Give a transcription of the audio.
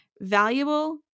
valuable